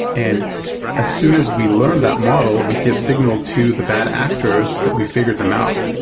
and as soon as we learned that model, we give signal to the bad actors that we figured them out.